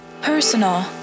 Personal